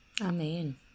Amen